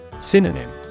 Synonym